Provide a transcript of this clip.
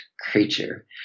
creature